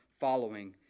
following